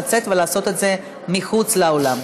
לצאת ולעשות את זה מחוץ לאולם.